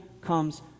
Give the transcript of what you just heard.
comes